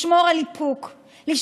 לשמור על איפוק, נכון.